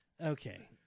Okay